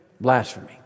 blasphemy